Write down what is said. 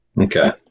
Okay